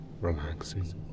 relaxing